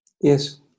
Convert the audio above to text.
Yes